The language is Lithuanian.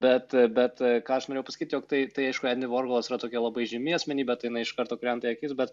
bet bet ką aš norėjau pasakyt jog tai tai aišku endi vorholas yra tokia labai žymi asmenybė tai jinai iš karto krenta į akis bet